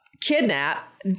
kidnap